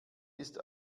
ist